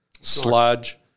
sludge